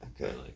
okay